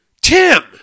Tim